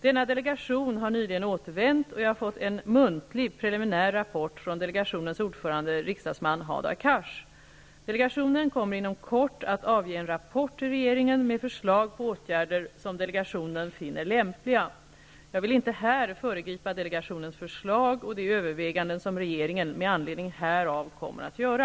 Denna delegation har nyligen återvänt, och jag har fått en muntlig preliminär rapport från delegationens ordförande, riksdagsman Hadar Delegationen kommer inom kort att avge en rapport till regeringen med förslag till åtgärder som delegationen finner lämpliga. Jag vill inte här föregripa delegationens förslag och de överväganden som regeringen med anledning härav kommer att göra.